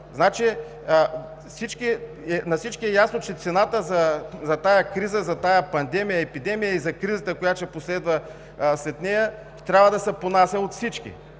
хора! На всички е ясно, че цената за тази криза, за тази пандемия, епидемия и за кризата, която ще последва след нея, трябва да се понася от всички,